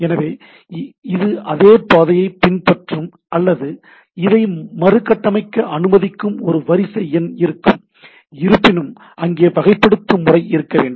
எனவே இது அதே பாதையை பின்பற்றும் அல்லது இதை மறுகட்டமைக்க அனுமதிக்கும் ஒரு வரிசை எண் இருக்கும் இருப்பினும் அங்கே வரிசைப்படுத்தும் முறை இருக்க வேண்டும்